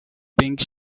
pink